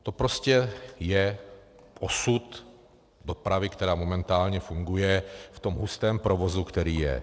To prostě je osud dopravy, která momentálně funguje v tom hustém provozu, který je.